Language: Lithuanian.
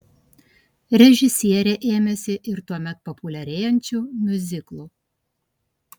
režisierė ėmėsi ir tuomet populiarėjančių miuziklų